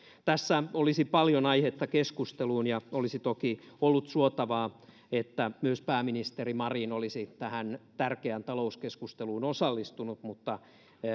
tässä olisi paljon aihetta keskusteluun ja olisi toki ollut suotavaa että myös pääministeri marin olisi tähän tärkeään talouskeskusteluun osallistunut mutta